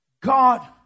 god